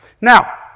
Now